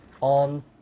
on